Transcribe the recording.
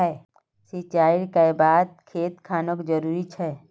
सिंचाई कै बार खेत खानोक जरुरी छै?